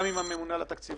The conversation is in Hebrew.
גם עם הממונה על התקציבים.